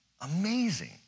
Amazing